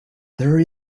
there